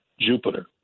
Jupiter